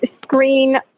screen